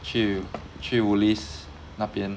去去 Woolies 那边